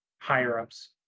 higher-ups